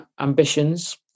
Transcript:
ambitions